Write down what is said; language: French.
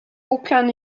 aucun